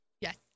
Yes